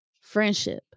friendship